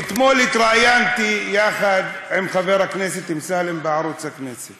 אתמול התראיינתי יחד עם חבר הכנסת אמסלם בערוץ הכנסת,